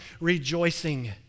rejoicing